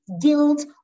guilt